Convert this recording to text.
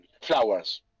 flowers